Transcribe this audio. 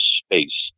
space